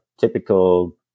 typical